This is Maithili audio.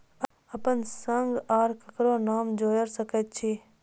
अपन संग आर ककरो नाम जोयर सकैत छी?